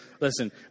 Listen